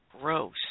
Gross